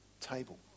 table